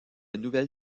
nouvelle